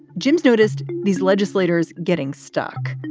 jim's noticed these legislators getting stuck.